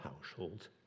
household